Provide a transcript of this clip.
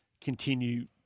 continue